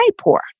poor